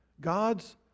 God's